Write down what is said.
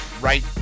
right